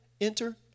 enter